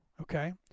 okay